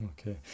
Okay